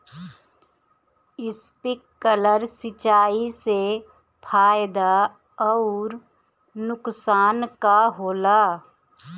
Sprinkler सिंचाई से फायदा अउर नुकसान का होला?